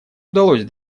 удалось